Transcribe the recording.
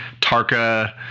Tarka